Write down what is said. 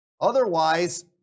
Otherwise